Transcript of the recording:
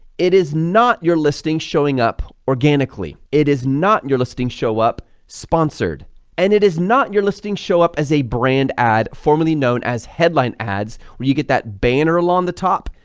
it is not your listing showing up organically, it is not your listing show up sponsored and it is not your listing show up as a brand ad formerly known as headline ads where you get that banner along the top,